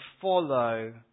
follow